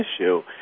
issue